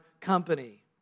company